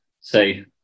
say